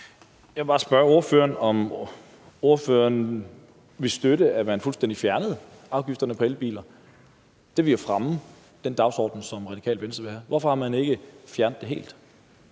Jeg vil bare spørge ordføreren, om ordføreren støtter, at man fuldstændig fjerner afgiften på elbiler. Det ville jo fremme den dagsorden, som Radikale Venstre vil have. Hvorfor har man ikke fjernet den helt?